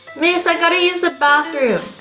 miss i gotta use the bathroom